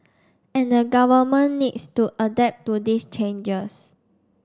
and the Government needs to adapt to these changes